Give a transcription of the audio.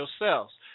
yourselves